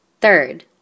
Third